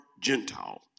Gentile